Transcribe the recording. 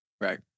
Right